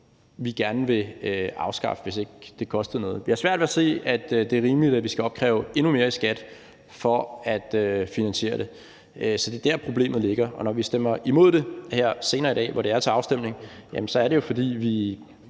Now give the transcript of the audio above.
vi gerne ville afskaffe, hvis ikke det kostede noget, men vi har svært ved at se, at det er rimeligt, at vi skal opkræve endnu mere i skat for at finansiere det, så det er der, problemet ligger. Når vi stemmer imod det her senere i dag, hvor det kommer til afstemning, er det, fordi vi